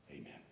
Amen